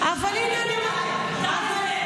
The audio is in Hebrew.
אבל הינה, אני אומרת לך,